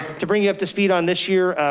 to bring you up to speed on this year,